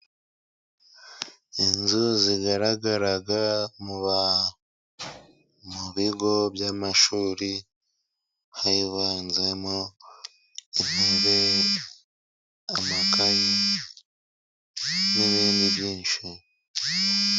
Inzu zigaragara mu bigo by'amashuri higanjemo intebe, amakayi n'ibindi byinshi.